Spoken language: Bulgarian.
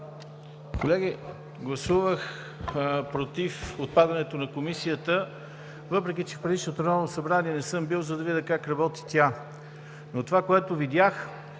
Колеги, гласувах „против“ отпадането на Комисията, въпреки че в предишното Народно събрание не съм бил, за да видя как работи тя. Но това, което видях,